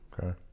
okay